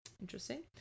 Interesting